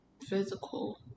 physical